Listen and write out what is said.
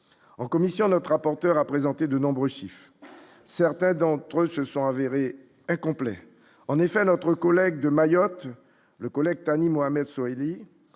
en commission notre rapporteur a présenté de nombreux Schiff, certains d'entre eux se sont avérés incomplet, en effet, notre collègue de Mayotte le collecte Annie Mohammed dit